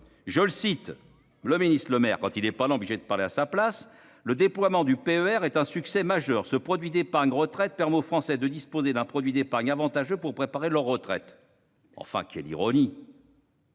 je le cite le ministre-Lemerre quand il n'est pas obligé de parler à sa place le déploiement du PER est un succès majeur, ce produit d'épargne retraite permet aux Français de disposer d'un produit d'épargne avantageux pour préparer leur retraite. Enfin quelle ironie.